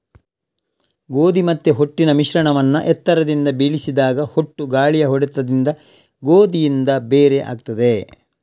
ಗೋಧಿ ಮತ್ತೆ ಹೊಟ್ಟಿನ ಮಿಶ್ರಣವನ್ನ ಎತ್ತರದಿಂದ ಬೀಳಿಸಿದಾಗ ಹೊಟ್ಟು ಗಾಳಿಯ ಹೊಡೆತದಿಂದ ಗೋಧಿಯಿಂದ ಬೇರೆ ಆಗ್ತದೆ